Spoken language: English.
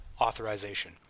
authorization